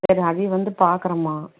சரி அவிய வந்து பார்க்குறம்மா